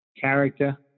character